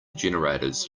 generators